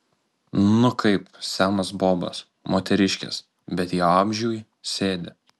nu kaip senos bobos moteriškės bet jau amžiui sėdi